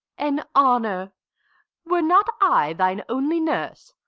an honour were not i thine only nurse,